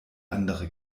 andere